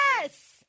Yes